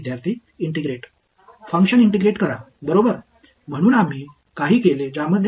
எனவே எனக்கு ஒரு கோஸன்ட் உள்ளது ரிமைண்டர் இங்கே வைத்திருக்கிறேன்